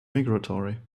migratory